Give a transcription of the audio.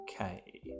Okay